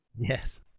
Yes